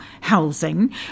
housing